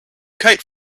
kite